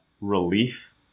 relief